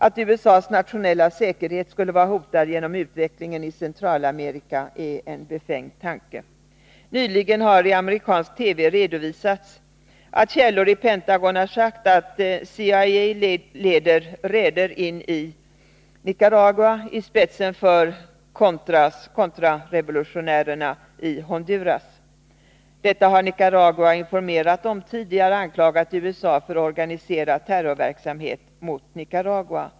Att USA:s nationella säkerhet skulle vara hotad genom utvecklingen i Centralamerika är en befängd tanke. Nyligen har i amerikansk TV redovisats att källor i Pentagon har sagt att CIA leder räder in i Nicaragua i spetsen för ”contras”, kontrarevolutionärerna i Honduras. Detta har Nicaragua informerat om tidigare — och anklagat USA för att organisera terrorverksamhet mot Nicaragua.